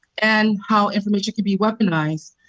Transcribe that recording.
and how information can be weaponized.